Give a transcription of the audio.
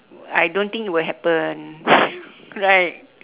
I don't think it will happen right